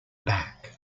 back